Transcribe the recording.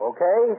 Okay